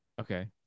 okay